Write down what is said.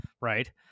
right